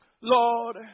Lord